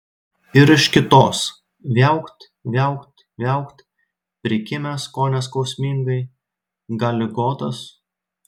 ir iš kitos viaukt viaukt viaukt prikimęs kone skausmingai gal ligotas